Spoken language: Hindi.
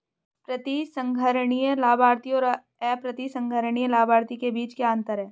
प्रतिसंहरणीय लाभार्थी और अप्रतिसंहरणीय लाभार्थी के बीच क्या अंतर है?